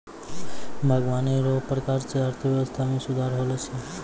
बागवानी रो प्रकार से अर्थव्यबस्था मे सुधार होलो छै